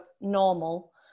normal